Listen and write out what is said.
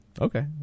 Okay